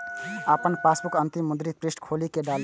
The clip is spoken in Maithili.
अपन पासबुकक अंतिम मुद्रित पृष्ठ खोलि कें डालू